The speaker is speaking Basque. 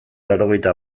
laurogeita